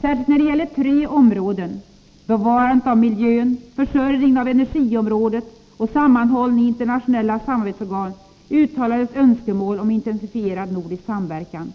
Särskilt när det gäller tre områden — bevarandet av miljön, försörjningen på energiområdet och sammanhållningen i internationella samarbetsorgan — uttalades önskemål om intensifierad nordisk samverkan.